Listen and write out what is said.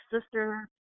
sister